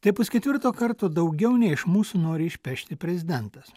tai pusketvirto karto daugiau nei iš mūsų nori išpešti prezidentas